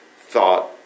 thought